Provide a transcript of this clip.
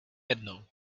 jednou